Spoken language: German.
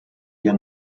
ihr